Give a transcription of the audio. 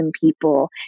people